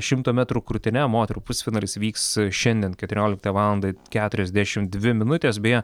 šimto metrų krūtine moterų pusfinalis vyks šiandien keturioliktą valandą keturiasdešim dvi minutės beje